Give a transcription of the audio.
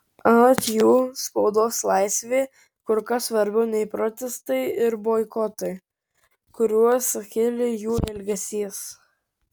anot jų spaudos laisvė kur kas svarbiau nei protestai ir boikotai kuriuos sukėlė jų elgesys